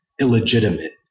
illegitimate